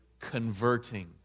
converting